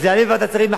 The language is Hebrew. יעלה בוועדת שרים.